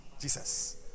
Jesus